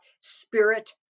spirit